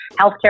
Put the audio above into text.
healthcare